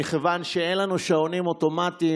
מכיוון שאין לנו שעונים אוטומטיים,